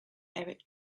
eric